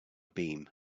beam